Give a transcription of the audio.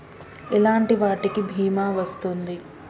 ఎలాంటి వాటికి బీమా వస్తుంది?